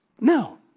No